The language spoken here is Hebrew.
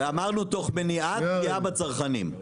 ואמרנו תוך מניעת פגיעה בצרכנים.